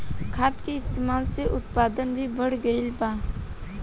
खाद के इस्तमाल से उत्पादन भी बढ़ गइल बा